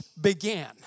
began